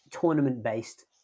tournament-based